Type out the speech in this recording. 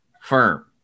firm